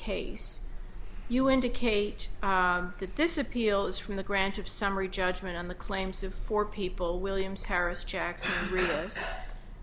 case you indicate that this appeal is from the grant of summary judgment on the claims of four people williams paris jackson